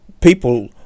people